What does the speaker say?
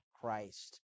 Christ